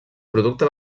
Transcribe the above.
producte